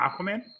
Aquaman